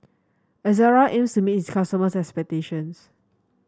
Ezerra aims to meet its customers' expectations